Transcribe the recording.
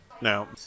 Now